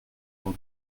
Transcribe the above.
pour